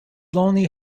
lonely